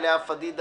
לאה פדידה,